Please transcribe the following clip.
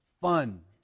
fun